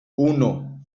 uno